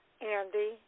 Andy